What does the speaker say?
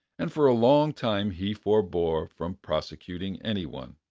and for a long time he forbore from prosecuting any one.